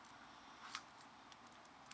oh